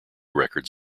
records